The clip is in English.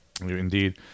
Indeed